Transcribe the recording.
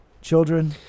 children